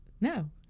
No